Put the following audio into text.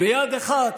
כי הייתה הסכמה.